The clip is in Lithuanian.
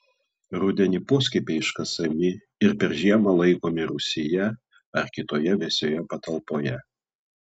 rudenį poskiepiai iškasami ir per žiemą laikomi rūsyje ar kitoje vėsioje patalpoje